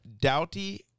Doughty